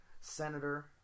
Senator